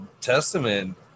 testament